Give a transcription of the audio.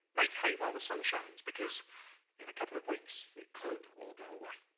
make hay while the sun shines because in a couple of weeks it could all go away